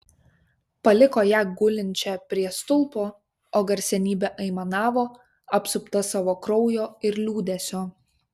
paliko ją gulinčią prie stulpo o garsenybė aimanavo apsupta savo kraujo ir liūdesio